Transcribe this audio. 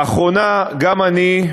לאחרונה גם אני,